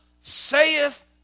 saith